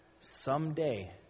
someday